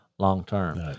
long-term